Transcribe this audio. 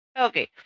Okay